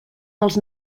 dels